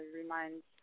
reminds